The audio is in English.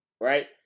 right